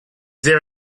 there